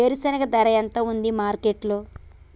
వేరుశెనగ ధర ఎంత ఉంది మార్కెట్ లో?